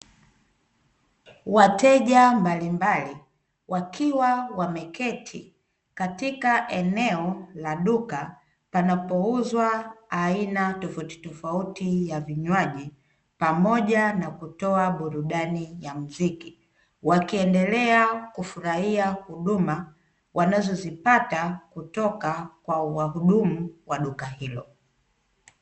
wateja mbalimbali wakiwa wameketi katika eneo la duka panapouzwa aina tofauti tofauti za vinywaji pamoja na kutoa burudani ya muziki, wakiendelea kufurahia huduma wanazopata kutoka kwa wahudumu wa duka hili.